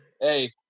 Hey